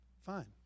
fine